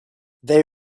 they